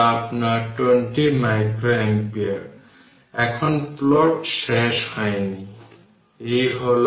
ক্যাপাসিটরের parallel equivalent resistance একইভাবে ফিরে আসতে পারে যখন তারা সিরিজে থাকে তার মানে এখানে ক্যাপাসিটর আছে C1 C2 C3 তারপর CN এবং এই ক্যাপাসিটর হল Cequivalent